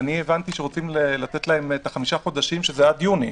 הבנתי שרוצים לתת להם את החמישה חודשים שזה עד יוני,